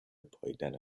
پائیدن